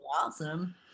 awesome